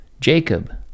Jacob